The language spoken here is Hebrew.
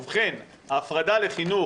ובכן, ההפרדה לחינוך